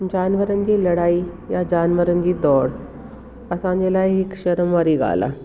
जानवरनि जी लड़ाई या जानवरनि जी दौड़ असांजे लाइ हिकु शर्म वारी ॻाल्हि आ्हे